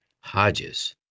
Hodges